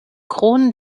kronen